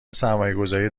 سرمایهگذاری